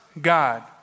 God